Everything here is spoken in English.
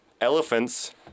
elephants